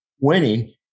winning